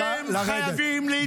אתם חייבים להתגייס לצה"ל.